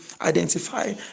identify